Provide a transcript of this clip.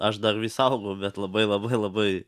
aš dar vis augu bet labai labai labai